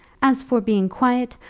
as for being quiet,